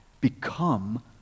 become